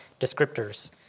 descriptors